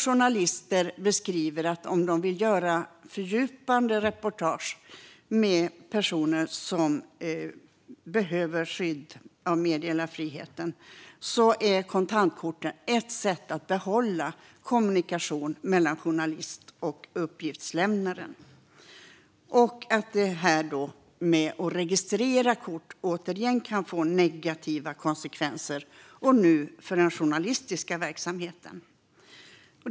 Journalister beskriver att om de vill göra fördjupande reportage med personer som behöver skydd av meddelarfriheten är kontantkorten ett sätt att behålla kommunikationen mellan journalisten och uppgiftslämnaren. Registrering av kort kan då få negativa konsekvenser för den journalistiska verksamheten.